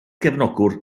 gefnogwr